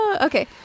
Okay